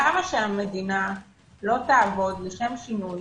למה שהמדינה לא תעבוד לשם שינוי